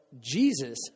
Jesus